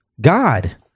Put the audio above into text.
God